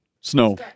Snow